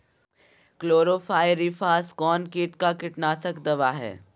Chlorpyrifos कौन किट का कीटनाशक दवा है?